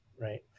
right